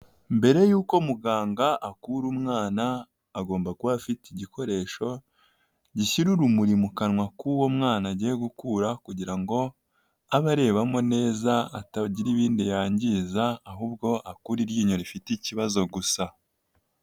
Mbere yuko muganga akura umwana, agomba kuba afite igikoresho gishyira urumuri mu kanwa k'uwo mwana agiye gukura, kugira ngo abe arebamo neza atagira ibindi yangiza, ahubwo akure iryinyo rifite ikibazo gusa.